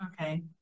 okay